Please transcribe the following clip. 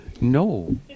No